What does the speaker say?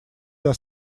для